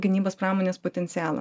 gynybos pramonės potencialą